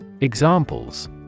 Examples